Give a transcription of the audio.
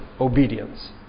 obedience